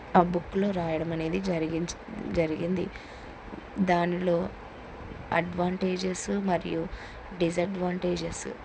ఆ బుక్లో రాయడం అనేది జరిగింది దానిలో అడ్వాంటేజెస్ మరియు డిజడ్వాంటేజెస్